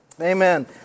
Amen